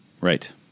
Right